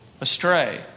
astray